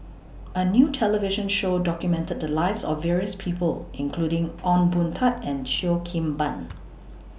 A New television Show documented The Lives of various People including Ong Boon Tat and Cheo Kim Ban